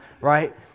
right